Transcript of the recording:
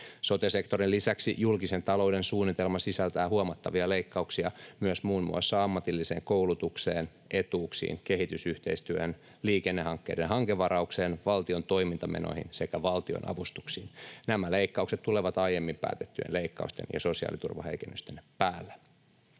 Sote-sektorin lisäksi julkisen talouden suunnitelma sisältää huomattavia leikkauksia myös muun muassa ammatilliseen koulutukseen, etuuksiin, kehitysyhteistyöhön, liikennehankkeiden hankevaraukseen, valtion toimintamenoihin sekä valtionavustuksiin. Nämä leikkaukset tulevat aiemmin päätettyjen leikkausten ja sosiaaliturvaheikennysten päälle.